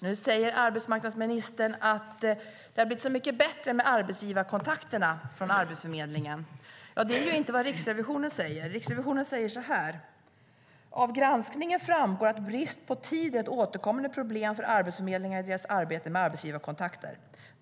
Nu säger arbetsmarknadsministern att det har blivit så mycket bättre med Arbetsförmedlingens arbetsgivarkontakter. Det är inte vad Riksrevisionen säger. Riksrevisionen säger så här: Av granskningen framgår att brist på tid är ett återkommande problem för arbetsförmedlarna i deras arbete med arbetsgivarkontakter.